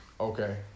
Okay